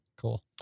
Cool